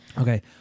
Okay